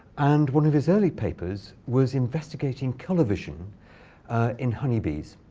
and one of his early papers was investigating color vision in honeybees,